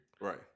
Right